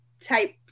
type